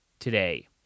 Today